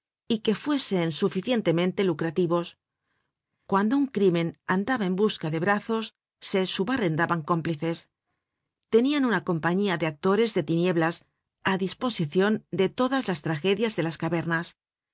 y que fuesen suficientemente lucrativos cuando un crímen andaba en busca de brazos se subarrendaban cómplices tenian una compañía de actores de tinieblas á disposicion de todas las tragedias de las cavernas